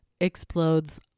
explodes